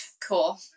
Cool